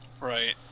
right